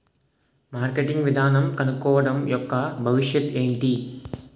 Marketing విధానం కనుక్కోవడం యెక్క భవిష్యత్ ఏంటి?